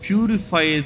Purify